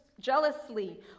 jealously